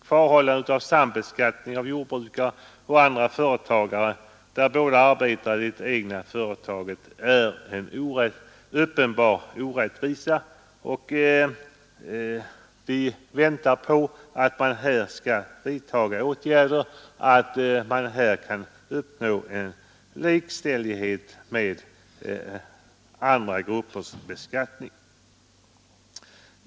Kvarhållandet av sambeskattning av jordbrukare och andra företagare, där båda makarna arbetar i det egna företaget, är en uppenbar orättvisa, och vi väntar på att man skall vidtaga åtgärder så att här kan uppnås en likställighet med andra gruppers beskattning.